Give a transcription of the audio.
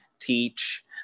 teach